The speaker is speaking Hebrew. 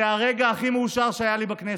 זה הרגע הכי מאושר שהיה לי בכנסת.